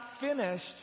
finished